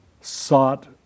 sought